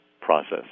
process